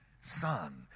Son